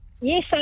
Yes